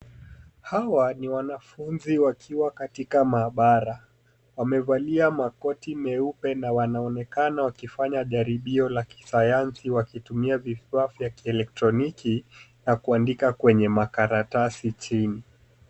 Hawa ni wanafunzi wakiwa katika mahabara. Wamevalia makoti meupe na wanaonekana wakifanya jaribio la kisayansi wakitumia vifaa vya kielekitroniki na kuandika kwenye makaratasi chini.